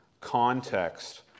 context